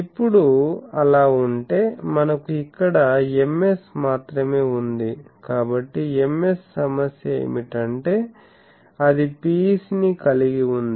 ఇప్పుడు అలా అంటే మనకు ఇక్కడ Ms మాత్రమే ఉంది కాబట్టి Ms సమస్య ఏమిటంటే అది PEC ని కలిగి ఉంది